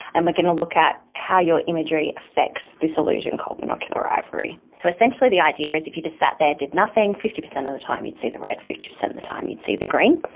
and we're going to look at how your imagery effects this illusion called binocular rivalry. so essentially the idea is if you just sat there and did nothing, fifty percent of the time you'd see the red, fifty percent of the time you'd see the green.